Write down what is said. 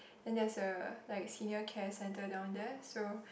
then there's a like a senior care center down there so